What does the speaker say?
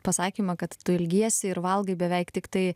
pasakymą kad tu ilgiesi ir valgai beveik tiktai